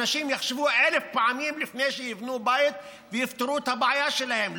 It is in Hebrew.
אנשים יחשבו אלף פעמים לפני שיבנו בית ויפתרו את הבעיה שלהם.